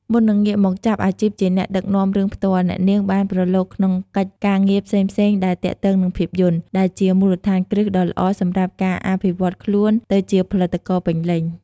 មុននឹងងាកមកចាប់អាជីពជាអ្នកដឹកនាំរឿងផ្ទាល់ អ្នកនាងបានប្រឡូកក្នុងកិច្ចការងារផ្សេងៗដែលទាក់ទងនឹងភាពយន្ត ដែលជាមូលដ្ឋានគ្រឹះដ៏ល្អសម្រាប់ការអភិវឌ្ឍន៍ខ្លួនទៅជាផលិតករពេញលេញ។